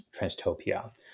transtopia